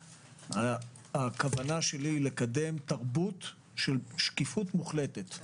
הכוונה שלי היא לקדם תרבות של שקיפות מוחלטת.